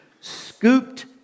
scooped